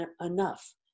enough